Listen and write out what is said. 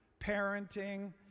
parenting